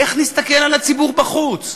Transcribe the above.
איך נסתכל על הציבור בחוץ,